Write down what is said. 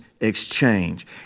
exchange